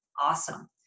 awesome